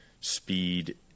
speed